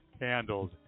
handled